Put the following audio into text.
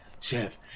Chef